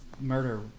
murder